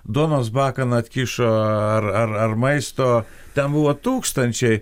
duonos bakaną atkišo ar ar ar maisto ten buvo tūkstančiai